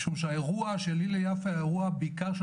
משום שהאירוע של הלל יפה היה בעיקר של